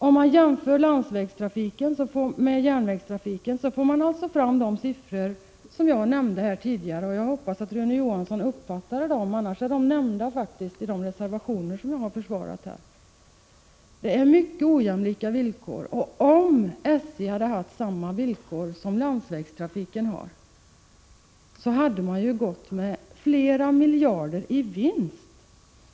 Om man jämför 79 landsvägstrafiken med järnvägstrafiken får man fram de siffror som jag nämnde tidigare, och jag hoppas att Rune Johansson uppfattade dem, annars nämns de i de reservationer som jag har försvarat här. Det är mycket ojämlika villkor. Och om SJ hade haft samma villkor som landsvägstrafiken har hade man gått med flera miljarder i vinst.